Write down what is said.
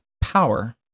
power